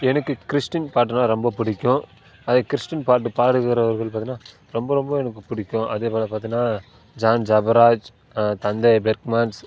எனக்கு கிறிஷ்டின் பாட்டுனால் ரொம்ப பிடிக்கும் அது கிறிஷ்டின் பாட்டு பாடுகிறவர்கள் பார்த்தீன்னா ரொம்ப ரொம்ப எனக்கு பிடிக்கும் அதேபோல் பார்த்தீன்னா ஜான் ஜபராஜ் தந்தை பெர்க்மேன்ஸ்